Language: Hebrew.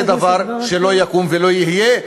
זה דבר שלא יקום ולא יהיה.